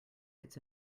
its